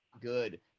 good